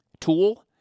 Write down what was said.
tool